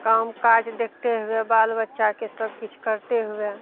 काम काज देखते हुए बाल बच्चाके सबकिछु करते हुए